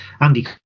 Andy